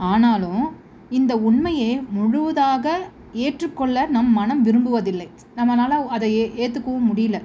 ஆனாலும் இந்த உண்மையை முழுவதாக ஏற்றுக்கொள்ள நம் மனம் விரும்புவதில்லை நம்மளால அதை எ ஏற்றுக்கவும் முடியல